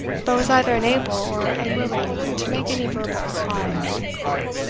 but was either unable or unwilling to make any verbal reply.